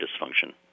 dysfunction